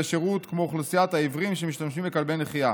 שירות כמו אוכלוסיית העיוורים שמשתמשים בכלבי נחייה.